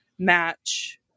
match